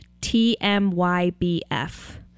T-M-Y-B-F